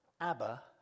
Abba